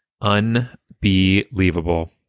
Unbelievable